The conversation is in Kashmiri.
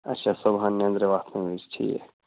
اَچھا صبُحن نٮ۪نٛدٕرِ وۄتھنہٕ وِزِ ٹھیٖک